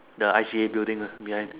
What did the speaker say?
the I_C_A building uh behind